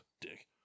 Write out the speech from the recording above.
Dick